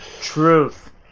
Truth